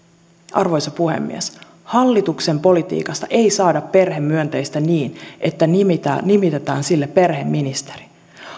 arvoisa puhemies hallituksen politiikasta ei saada perhemyönteistä niin että nimitetään nimitetään sille perheministeri